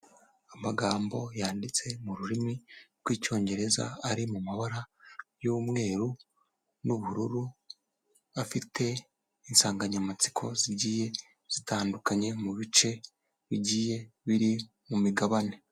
Amagambo yanditse mu rurimi rw'Icyongereza ari mu mabara y'umweru n'ubururu afite insanganyamatsiko zigiye zitandukanye mu bice bigiye biri mu migabane.